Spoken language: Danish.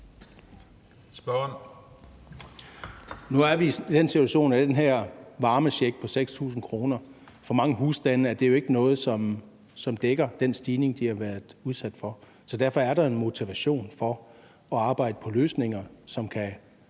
Nu er vi i den situation, at den her varmecheck på 6.000 kr. for mange husstande ikke er noget, som dækker den stigning, de har været udsat for, så derfor er der en motivation til at arbejde på løsninger, som kan